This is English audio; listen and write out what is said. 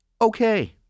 Okay